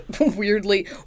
weirdly